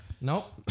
Nope